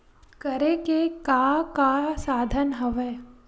करे के का का साधन हवय?